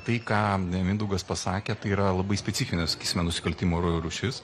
tai ką mindaugas pasakė tai yra labai specifinis sakysime nusikaltimo rūšis